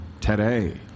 today